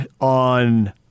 on